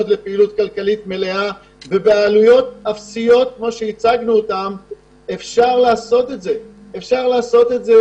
לפעילות מלאה ובעלויות אפסיות כמו שהצגנו אפשר גם לעשות זאת תוך